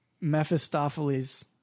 Mephistopheles